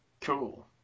Cool